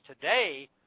today